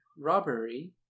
robbery